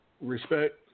respect